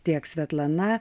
tiek svetlana